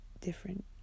different